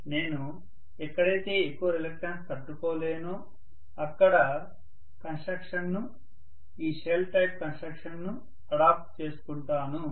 నేను ఎక్కడైతే ఎక్కువ రిలక్టన్స్ తట్టుకోలేనో అక్కడ కన్స్ట్రక్షన్ ను ఈ షెల్ టైప్ కన్స్ట్రక్షన్ ని అడాప్ట్ చేసుకుంటాను